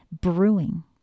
brewing